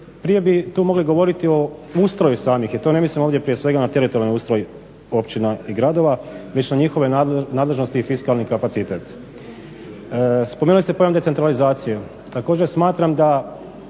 Prije bi tu mogli govoriti o ustroju samih i to ne mislim ovdje prije svega na teritorijalni ustroj općina i gradova, već na njihove nadležnosti i fiskalni kapacitet. Spomenuli ste pojam decentralizaciju. Također smatram da